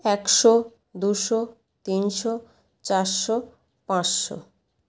একশো দুশো তিনশো চারশো পাঁচশো